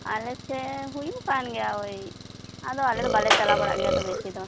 ᱟᱞᱮ ᱥᱮᱫ ᱦᱩᱭᱩᱜ ᱠᱟᱱ ᱜᱮᱭᱟ ᱚᱭ ᱟᱫᱚ ᱟᱞᱮ ᱫᱚ ᱵᱟᱞᱮ ᱪᱟᱞᱟᱣ ᱵᱟᱲᱟᱜ ᱜᱮᱭᱟ ᱵᱮᱥᱤ ᱫᱚ